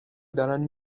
دارن